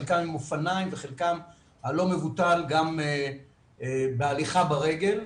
חלקם עם אופניים וחלקם הלא מבוטל גם בהליכה ברגל.